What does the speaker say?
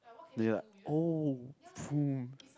ya oh